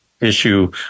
issue